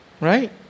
right